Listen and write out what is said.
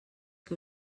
que